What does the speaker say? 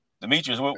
Demetrius